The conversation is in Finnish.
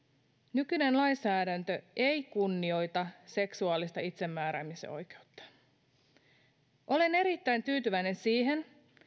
nykyinen lainsäädäntö ei kunnioita seksuaalista itsemääräämisoikeutta olen erittäin tyytyväinen siihen